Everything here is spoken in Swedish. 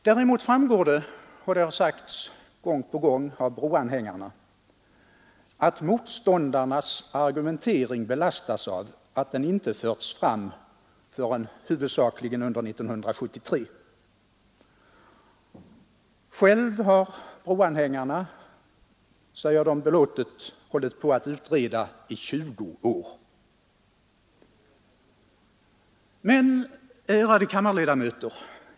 Däremot framgår det — och det har sagts gång på gång av broanhängarna — att motståndarnas argumentering belastas av att den inte förts fram förrän ”huvudsakligen under 1973”. Själva har broanhängarna, säger de belåtet, hållit på att utreda i 20 år. Men, ärade kammarledamöter!